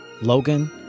Logan